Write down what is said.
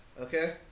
okay